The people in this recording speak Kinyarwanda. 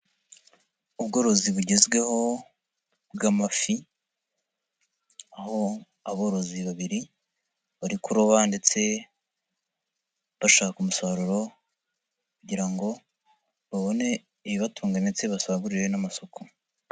Ubworozi bugezweho bw'amafi, aho aborozi babiri bari kuroba ndetse bashaka umusaruro kugira ngo babone ibibatunga ndetse basagurire n'amasoko.